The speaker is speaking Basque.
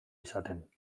izaten